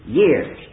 years